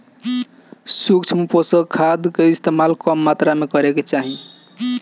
सूक्ष्म पोषक खाद कअ इस्तेमाल कम मात्रा में करे के चाही